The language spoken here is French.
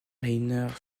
rainer